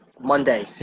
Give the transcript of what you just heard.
Monday